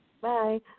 Bye